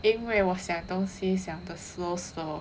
因为我想东西想的 slow slow